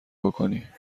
بکنی